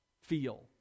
feel